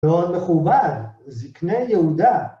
מאוד מכובד, זקני יהודה.